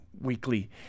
weekly